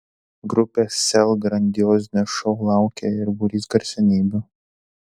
grupės sel grandiozinio šou laukia ir būrys garsenybių